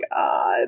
God